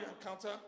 encounter